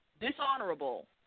dishonorable